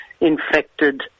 infected